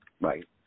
right